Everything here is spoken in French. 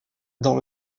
dans